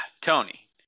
Tony